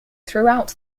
throughout